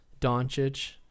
Doncic